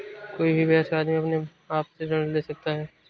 कोई भी वयस्क आदमी अपने आप से ऋण ले सकता है